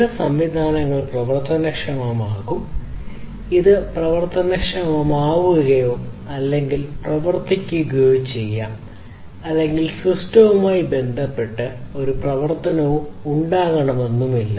ചില സംവിധാനങ്ങൾ പ്രവർത്തനക്ഷമമാകും ഇത് പ്രവർത്തനക്ഷമമാകുകയോ അല്ലെങ്കിൽ പ്രവർത്തിപ്പിക്കുകയോ ചെയ്യാം അല്ലെങ്കിൽ സിസ്റ്റവുമായി ബന്ധപ്പെട്ട ഒരു പ്രവർത്തനവും ഉണ്ടാകണമെന്നില്ല